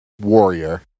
Warrior